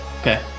Okay